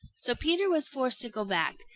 so peter was forced to go back,